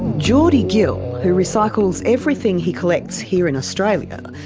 geordie gill, who recycles everything he collects here in australia,